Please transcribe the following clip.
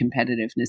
competitiveness